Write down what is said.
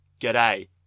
g'day